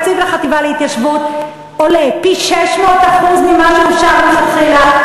התקציב לחטיבה להתיישבות עולה ב-600% לעומת מה שאושר מלכתחילה.